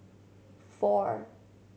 four